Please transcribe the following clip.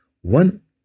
one